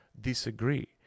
disagree